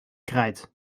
krijt